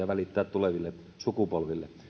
välittää tuleville sukupolville